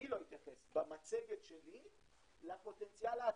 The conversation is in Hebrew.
אני לא אתייחס במצגת שלי לפוטנציאל העתידי,